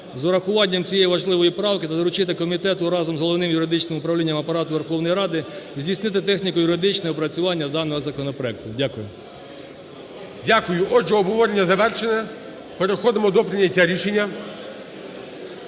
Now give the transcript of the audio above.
з урахуванням цієї важливої правки та долучити комітету разом з Головним юридичним управлінням Апарату Верховної Ради здійснити техніко-юридичне опрацювання даного законопроекту. Дякую. ГОЛОВУЮЧИЙ. Дякую. Отже, обговорення завершено. Переходимо до прийняття рішення.